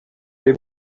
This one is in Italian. dei